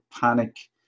panic